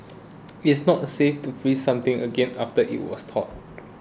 is not safe to freeze something again after it was thawed